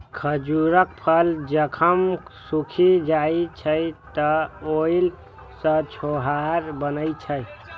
खजूरक फल जखन सूखि जाइ छै, तं ओइ सं छोहाड़ा बनै छै